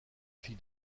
fille